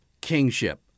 kingship